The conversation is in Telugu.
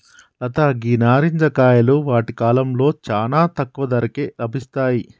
లత గీ నారింజ కాయలు వాటి కాలంలో చానా తక్కువ ధరకే లభిస్తాయి